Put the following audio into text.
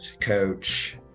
coach